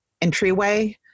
entryway